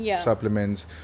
supplements